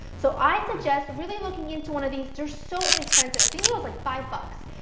so, i suggest really looking into one of these, they are so inexpensive. i think it was like five bucks.